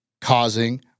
causing